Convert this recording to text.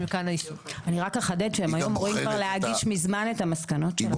אני רק אחדד שהם היו אמורים כבר להגיש מזמן את המסקנות שלהם.